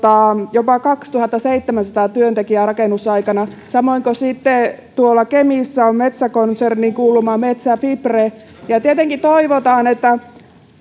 jopa kaksituhattaseitsemänsataa työntekijää rakennusaikana samoin kuin sitten kemissä on metsä konserniin kuuluva metsä fibre tietenkin toivotaan että